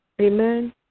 Amen